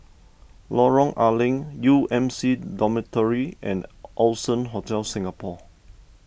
Lorong A Leng U M C Dormitory and Allson Hotel Singapore